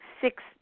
six